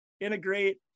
integrate